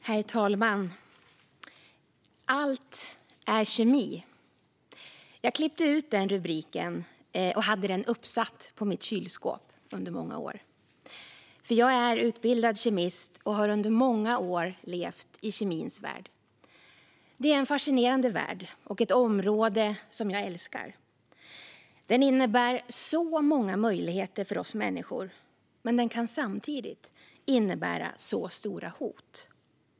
Herr talman! Allt är kemi. Jag klippte ut den rubriken och hade den uppsatt på mitt kylskåp under många år. Jag är utbildad kemist och har under många år levt i kemins värld. Det är en fascinerande värld och ett område som jag älskar. Den innebär många möjligheter för oss människor, men den kan samtidigt innebära stora hot.